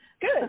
good